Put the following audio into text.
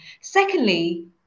Secondly